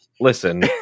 Listen